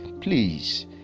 please